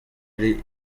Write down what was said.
ari